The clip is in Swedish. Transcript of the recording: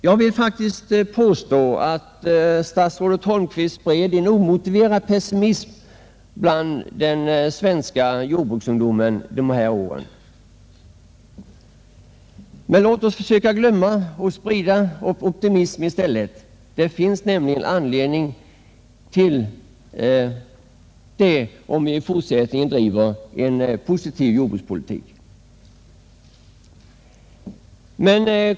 Jag vill faktiskt påstå att herr statsrådet Holmqvist spred en omotiverad pessimism hos den svenska jordbruksungdomen under dessa år. Men låt oss försöka glömma detta och låt oss sprida vår optimism i stället! Det finns nämligen anledning därtill, om vi i fortsättningen driver en positiv jordbrukspolitik.